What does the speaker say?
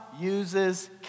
uses